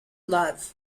love